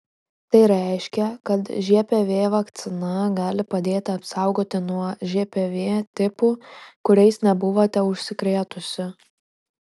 tai reiškia kad žpv vakcina gali padėti apsaugoti nuo žpv tipų kuriais nebuvote užsikrėtusi